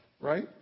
Right